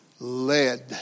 led